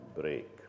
break